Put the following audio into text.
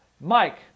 Mike